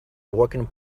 working